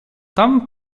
tam